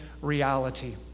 reality